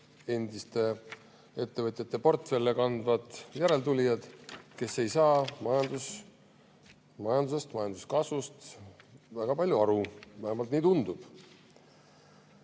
endiste ettevõtjate portfelle kandvad järeltulijad, kes ei saa majandusest ja majanduskasvust väga palju aru. Vähemalt nii tundub.